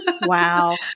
Wow